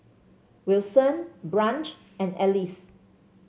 Wilson Branch and Alys